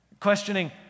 Questioning